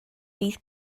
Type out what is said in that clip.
bydd